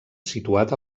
situat